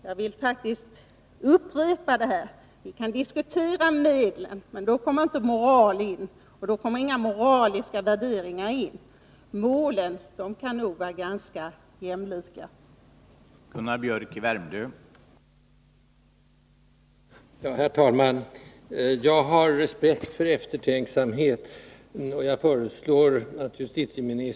Jag vill faktiskt upprepa: Vi kan diskutera medlen, men då bör inte några moraliska värderingar komma in i bilden. Målen kan nog däremot vara ganska likartade.